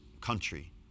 country